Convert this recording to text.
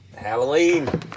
Halloween